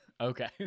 Okay